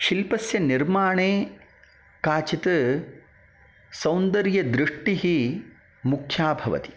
शिल्पस्य निर्माणे काचित् सौन्दर्यदृष्टिः मुख्या भवति